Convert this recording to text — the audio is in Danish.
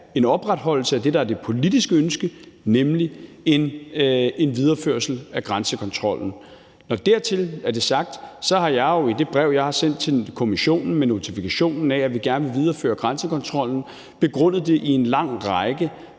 en opretholdelse af det, der er det politiske ønske, nemlig en videreførelse af grænsekontrollen. Når det er sagt, har jeg jo i det brev, jeg har sendt til Kommissionen med notifikationen om, at vi gerne vil videreføre grænsekontrollen, begrundet det i en lang række